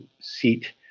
seat